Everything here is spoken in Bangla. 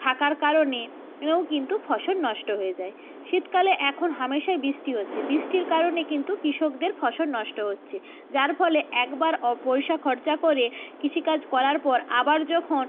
থাকার কারণে এও কিন্তু ফসল নষ্ট হয়ে যায় শীতকালে এখন হামেশাই বৃষ্টি হচ্ছে বৃষ্টির কারণে কিন্তু কৃষকদের ফসল নষ্ট হচ্ছে যার ফলে একবার পয়সা খরচা করে কৃষিকাজ করার পর আবার যখন